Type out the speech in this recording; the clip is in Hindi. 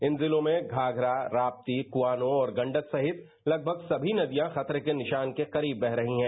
इन जिलों घाषरा राप्ती कुआनो और गण्डक सहित सभी नदियां खतरे के निशान के करीब वह रही हैं